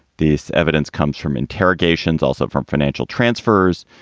this evidence comes from interrogations, also from financial transfers.